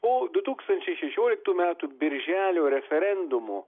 po du tūkstančiai šešioliktų metų birželio referendumo